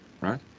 right